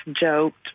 joked